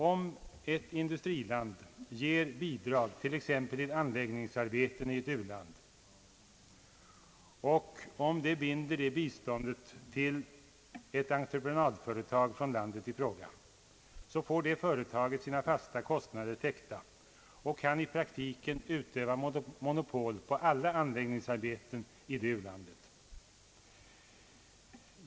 Om ett industriland ger bidrag, t.ex. till anläggningsarbeten i ett u-land, och om biståndet binds till ett entreprenadföretag från landet i fråga, får detta företag sina fasta kostnader täckta och kan i praktiken utöva monopol på alla anläggningsarbeten i det u-landet.